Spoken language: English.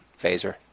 phaser